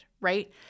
Right